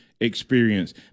experience